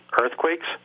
earthquakes